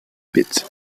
bit